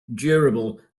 durable